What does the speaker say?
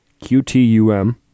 Qtum